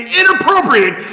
inappropriate